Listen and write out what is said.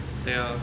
对咯